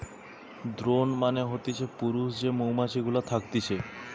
drone মানে হতিছে পুরুষ যে মৌমাছি গুলা থকতিছে